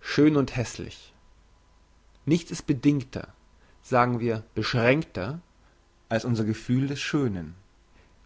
schön und hässlich nichts ist bedingter sagen wir beschränkter als unser gefühl des schönen